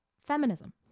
feminism